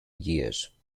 years